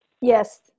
Yes